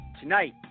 Tonight